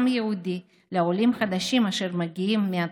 היהודי לעולים החדשים אשר מגיעים מהתפוצות,